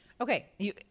Okay